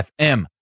FM